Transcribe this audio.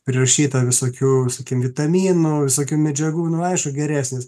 prirašyta visokių sakykim vitaminų visokių medžiagų nu aišku geresnis